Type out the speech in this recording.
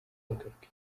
bagaruka